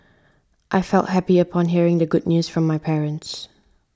I felt happy upon hearing the good news from my parents